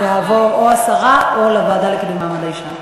זה יהיה או הסרה או לוועדה לקידום מעמד האישה.